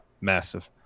massive